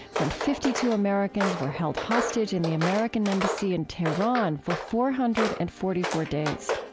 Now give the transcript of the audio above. when fifty two americans were held hostage in the american embassy in tehran for four hundred and forty four days,